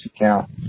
account